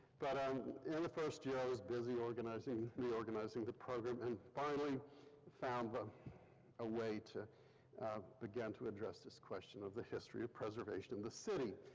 but um in the first year i was busy reorganizing reorganizing the program and finally found but a way to begin to address this question on the history of preservation in the city.